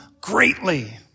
greatly